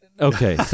Okay